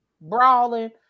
brawling